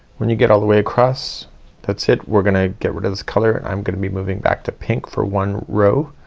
when you get all the way across that's it. we're gonna get rid of this color. i'm gonna be moving back to pink for one row